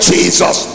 Jesus